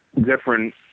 different